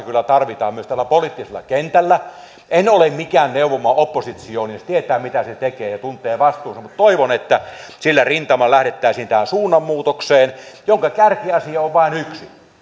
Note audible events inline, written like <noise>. <unintelligible> kyllä tarvitaan myös täällä poliittisella kentällä en ole mikään neuvomaan oppositsionia se tietää mitä se tekee ja ja tuntee vastuunsa mutta toivon että sillä rintamalla lähdettäisiin tähän suunnanmuutoksen jonka tärkeä asia on vain yksi